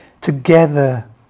together